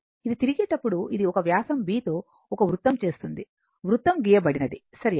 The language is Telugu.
ఇది తిరిగేటప్పుడు ఇది ఒక వ్యాసం B తో ఒక వృత్తం చేస్తుంది వృత్తం గీయబడినది సరియైనది